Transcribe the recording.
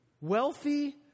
wealthy